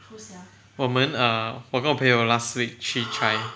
我们 err 我们我朋友 last week 去 try